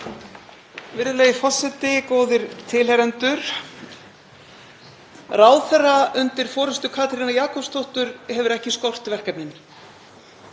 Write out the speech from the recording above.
Virðulegi forseti. Góðir tilheyrendur. Ráðherra undir forystu Katrínar Jakobsdóttur hefur ekki skort verkefnin.